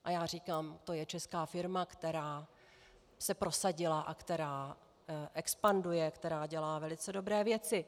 A já říkám: to je česká firma, která se prosadila a která expanduje, která dělá velice dobré věci.